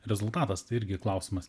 rezultatas tai irgi klausimas kyla